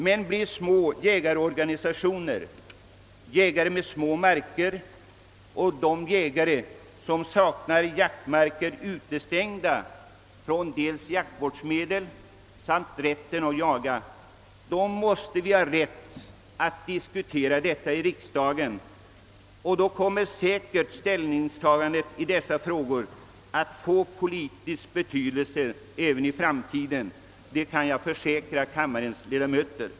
Men blir små jägarorganisationer, jägare med små marker och de jägare som saknar jaktmarker utestängda från dels jaktvårdsmedel och dels rätten att jaga, då måste vi ha rätt att diskutera detta i riksdagen. Då kommer säkert ställningstagandet i dessa frågor att få politisk betydelse även i framtiden — det kan jag försäkra kammarens ledamöter.